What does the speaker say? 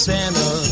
Santa